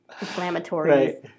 inflammatory